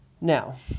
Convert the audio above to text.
Now